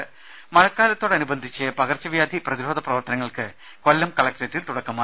രുമ മഴക്കാലത്തോടനുബന്ധിച്ച് പകർച്ചവ്യാധി പ്രതിരോധ പ്രവർത്തനങ്ങൾക്ക് കൊല്ലം കലക്ട്രേറ്റിൽ തുടക്കമായി